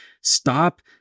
stop